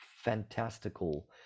fantastical